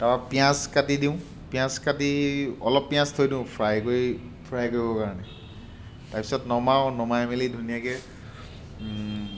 তাৰপৰা পিঁয়াজ কাটি দিওঁ পিঁয়াজ কাটি অলপ পিঁয়াজ থৈ দিওঁ ফ্ৰাই কৰি ফ্ৰাই কৰিবৰ কাৰণে তাৰপাছত নমাওঁ নমাই মেলি ধুনীয়াকৈ